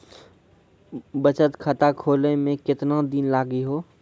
बचत खाता खोले मे केतना दिन लागि हो?